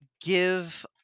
give